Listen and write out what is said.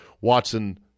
Watson